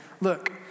look